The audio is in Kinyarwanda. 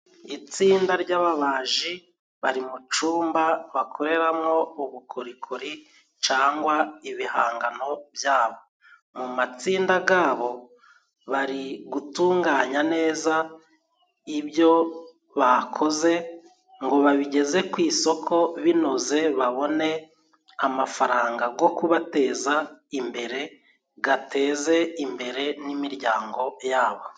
Itsinda ry'ababaji bari mu cumba bakoreramo ubukorikori, cangwa ibihangano byabo. Mu matsinda gabo bari gutunganya neza ibyo bakoze, ngo babigeze ku isoko binoze, babone amafaranga bwo kubateza imbere, gateze imbere n'imiryango yabo.